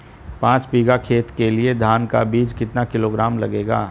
पाँच बीघा खेत के लिये धान का बीज कितना किलोग्राम लगेगा?